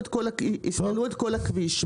יפנו את כל הכביש,